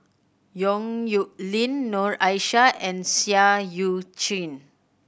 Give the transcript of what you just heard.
Yong Nyuk Lin Noor Aishah and Seah Eu Chin